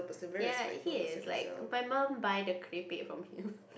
ya he is like my mom buy the clay plate from him